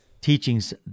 teachings